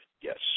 yes